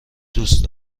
دوست